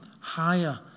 higher